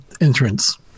entrance